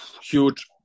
Huge